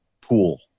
pool